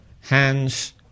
hands